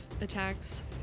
attacks